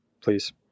please